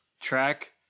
track